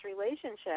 relationship